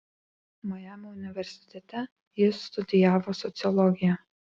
majamio universitete ji studijavo sociologiją